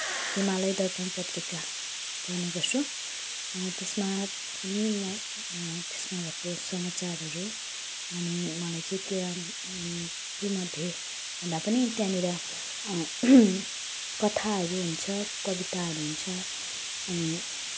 हिमालय दर्पण पत्रिका पढ्ने गर्छु त्यसमा पनि म त्यसमा भएको समाचारहरू अनि मलाई चाहिँ त्यहाँ तीमध्ये भन्दा पनि त्यहाँनिर कथाहरू हुन्छ कविताहरू हुन्छ अनि